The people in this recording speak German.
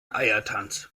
eiertanz